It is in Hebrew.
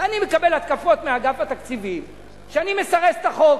ואני מקבל התקפות מאגף התקציבים שאני מסרס את החוק.